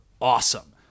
awesome